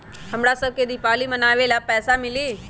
हमरा शव के दिवाली मनावेला पैसा मिली?